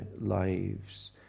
lives